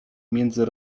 między